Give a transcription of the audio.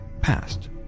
past